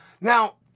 Now